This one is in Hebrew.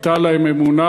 הייתה להם אמונה.